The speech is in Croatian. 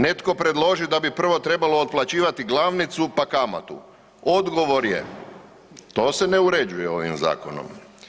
Netko predloži da bi prvo trebalo otplaćivati glavnicu pa kamatu, odgovor je to se ne uređuje ovim zakonom.